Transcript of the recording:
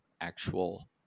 Actual